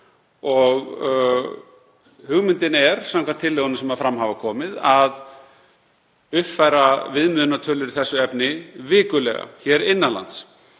Hugmyndin er, samkvæmt tillögunni sem fram hefur komið, að uppfæra viðmiðunartölur í þessu efni vikulega hér innan lands